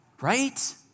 Right